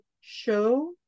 show